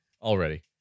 Already